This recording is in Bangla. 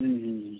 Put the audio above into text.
হুম হুম হুম